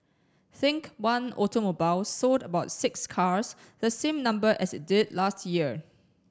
think One Automobile sold about six cars the same number as it did last year